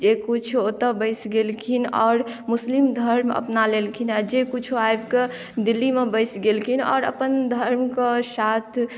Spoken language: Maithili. जे किछु ओतय बसि गेलखिन आओर मुस्लिम धर्म अपना लेलखिन आ जे किछु आबिक दिल्लीमे बसि गेलखिन आओर अपन धर्मक साथ